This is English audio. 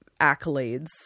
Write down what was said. accolades